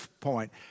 point